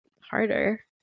harder